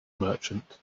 merchant